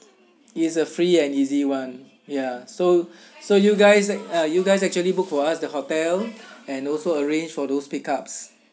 it's a free and easy one ya so so you guys you guys actually book for us the hotel and also arrange for those pickups